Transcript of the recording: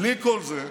בלי כל זה,